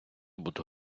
буду